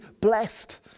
blessed